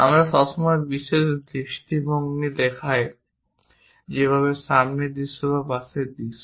আমরা সবসময় এর বিভিন্ন দৃষ্টিভঙ্গি দেখাই যেমন সামনের দৃশ্য এবং পাশের দৃশ্য